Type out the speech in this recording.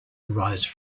arise